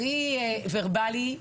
הכי ורבלי.